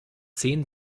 zehn